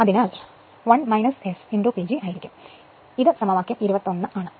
അതിനാൽ 1 S PG ആയിരിക്കും ഇത് സമവാക്യം 21 ആണ്